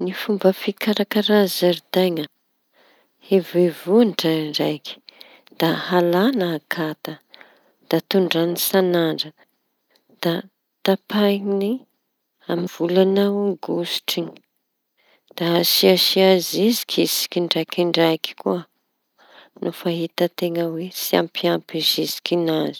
Ny fomba fikarakara zaridaina hevohevo ndrandraiky da halaña akata da tondraha isañandra da tapahiñy amy volaña aogosistry. Da asiasia zeziky isaky ndraikindraiky koa no fa hita teña oe tsy ampy ampy zezikiñazy.